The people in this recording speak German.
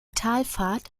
talfahrt